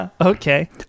Okay